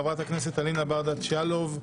חברת הכנסת אלינה ברדץ' יאלוב,